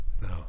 No